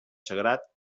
sagrat